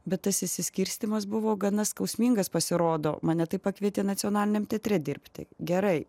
bet tas išsiskirstymas buvo gana skausmingas pasirodo mane tai pakvietė nacionaliniam teatre dirbti gerai